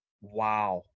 wow